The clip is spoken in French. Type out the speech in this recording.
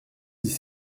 dix